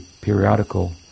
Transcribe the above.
periodical